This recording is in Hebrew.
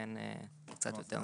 ולכן זה קצת יותר.